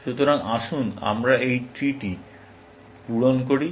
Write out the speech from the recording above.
সুতরাং আসুন আমরা এই ট্রি টি পূরণ করি